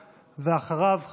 ואחריו,